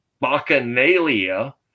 bacchanalia